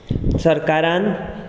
सरकारान